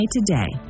Today